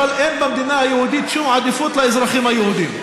אבל אין במדינה היהודית שום עדיפות לאזרחים היהודים.